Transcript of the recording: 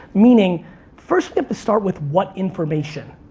meaning first you have to start with what information?